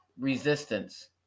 resistance